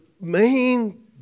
main